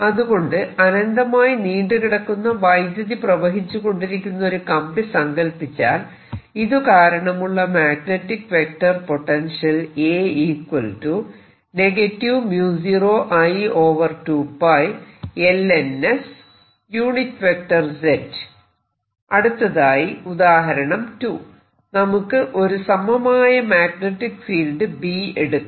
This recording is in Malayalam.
അതുകൊണ്ട് അനന്തമായി നീണ്ടുകിടക്കുന്ന വൈദ്യുതി പ്രവഹിച്ചു കൊണ്ടിരിക്കുന്ന ഒരു കമ്പി സങ്കല്പിച്ചാൽ ഇതുകാരണമുള്ള മാഗ്നെറ്റിക് വെക്റ്റർ പൊട്ടൻഷ്യൽ അടുത്തതായി ഉദാഹരണം 2 നമുക്ക് ഒരു സമമായ മാഗ്നെറ്റിക് ഫീൽഡ് B എടുക്കാം